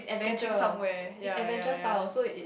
getting somewhere ya ya ya